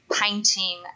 painting